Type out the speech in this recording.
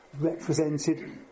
represented